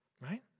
right